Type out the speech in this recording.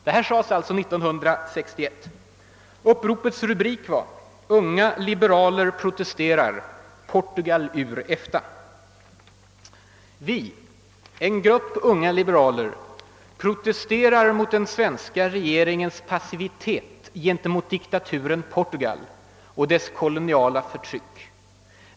Uppropets rubrik var följande: Unga liberaler protesterar — Portugal ur EFTA!» Resolutionen hade följande lydelse: » Vi, en grupp unga diberaler, protesterar mot den svenska regeringens passivitet gentemot diktaturen Portugal och dess koloniala förtryck.